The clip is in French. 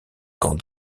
camp